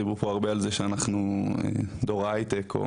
או על זה שאנחנו דור ההייטק.